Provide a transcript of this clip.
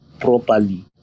properly